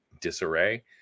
disarray